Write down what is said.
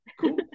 Cool